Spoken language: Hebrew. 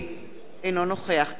אינו נוכח זאב בילסקי,